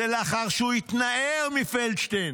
זאת לאחר שהוא התנער מפלדשטיין,